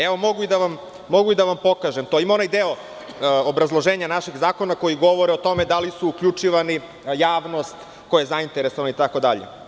Evo, mogu i da vam pokažem, ima onaj deo obrazloženja našeg zakona koji govori o tome da li su uključivani javnost, ko je zainteresovan, itd.